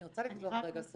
אני רוצה רגע לפתוח סוגריים